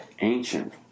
ancient